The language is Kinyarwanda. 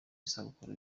isabukuru